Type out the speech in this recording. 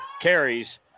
carries